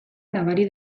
nabari